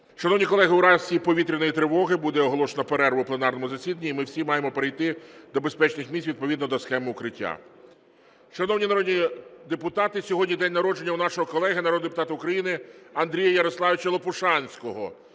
Шановні колеги, у разі повітряної тривоги буде оголошено перерву в пленарному засіданні і ми маємо всі перейти до безпечних місць відповідно до схеми укриття. Шановні народні депутати, сьогодні день народження у нашого колеги народного депутата України Андрія Ярославовича Лопушанського,